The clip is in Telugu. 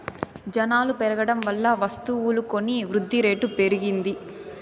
జనాలు పెరగడం వల్ల వస్తువులు కొని వృద్ధిరేటు పెరిగింది